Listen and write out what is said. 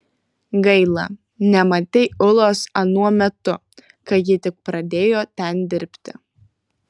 gaila nematei ulos anuo metu kai ji tik pradėjo ten dirbti